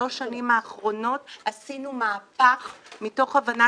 בשלוש השנים האחרונות עשינו מהפך מתוך הבנה